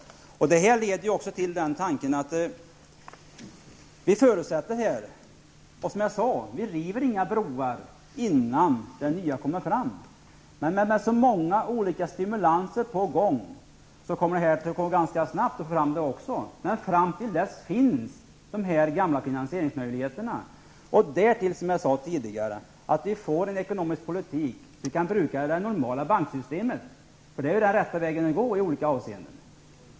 Som jag sade så river vi inga broar förrän vi har fått fram den nya. Men med så många olika stimulanser på gång kommer förslagen att genomföras ganska snabbt. Under tiden finns ju de gamla finansieringsmöjligheterna. Dessutom måste vi driva en ekonomisk politik som gör det möjligt att utnyttja det normala banksystemet, för det är den rätta vägen att gå i olika avseenden.